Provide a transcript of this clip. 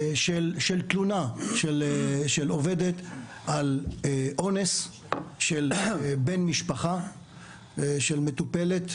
תלונה של עובדת על אונס של בן משפחה של מטופלת,